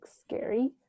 scary